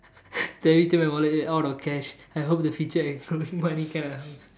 then everytime my wallet is out of cash I hope the feature of growing money kind of helps